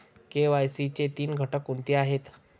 KYC चे तीन घटक कोणते आहेत?